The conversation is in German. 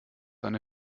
eine